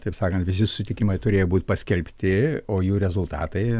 taip sakant visi susitikimai turėjo būti paskelbti o jų rezultatai